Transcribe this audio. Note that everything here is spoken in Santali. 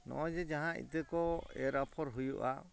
ᱱᱚᱜᱼᱚᱭ ᱡᱮ ᱡᱟᱦᱟᱸ ᱤᱛᱟᱹ ᱠᱚ ᱮᱨ ᱟᱯᱷᱚᱨ ᱦᱩᱭᱩᱜᱼᱟ